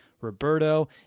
Roberto